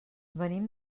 venim